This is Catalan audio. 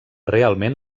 realment